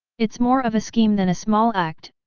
it's more of a scheme than a small act,